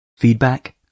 Feedback